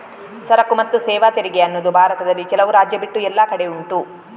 ಸರಕು ಮತ್ತು ಸೇವಾ ತೆರಿಗೆ ಅನ್ನುದು ಭಾರತದಲ್ಲಿ ಕೆಲವು ರಾಜ್ಯ ಬಿಟ್ಟು ಎಲ್ಲ ಕಡೆ ಉಂಟು